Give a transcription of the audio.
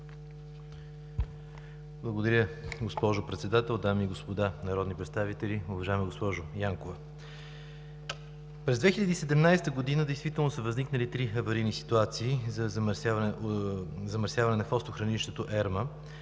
Благодаря, госпожо Председател. Дами и господа народни представители, уважаема госпожо Янкова! През 2017 г. действително са възникнали три аварийни ситуации за замърсяване на хвостохранилището на